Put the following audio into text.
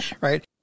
right